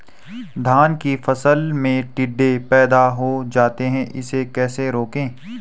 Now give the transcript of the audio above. धान की फसल में टिड्डे पैदा हो जाते हैं इसे कैसे रोकें?